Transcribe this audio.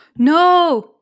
No